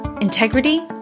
integrity